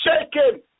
shaken